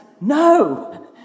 no